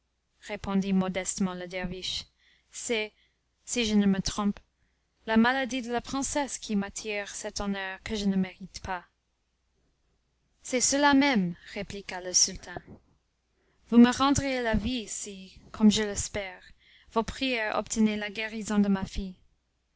répondit modestement le derviche c'est si je ne me trompe la maladie de la princesse qui m'attire cet honneur que je ne mérite pas c'est cela même répliqua le sultan vous me rendriez la vie si comme je l'espère vos prières obtenaient la guérison de ma fille